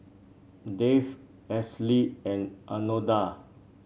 Dave Ashlea and Anona